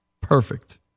perfect